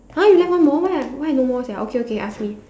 !huh! you left one more why I why I no more sia okay okay ask me